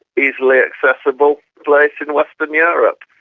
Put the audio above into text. easily accessible place in western yeah europe.